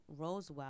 Rosewell